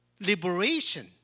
liberation